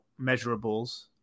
measurables